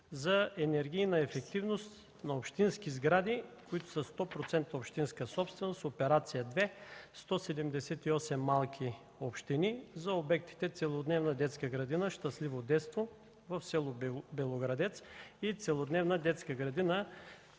за енергийна ефективност на общински сгради, които са 100% общинска собственост, операция 2 – 178 малки общини, за обектите Целодневна детска градина „Щастливо детство” в село Белоградец и Целодневна детска градина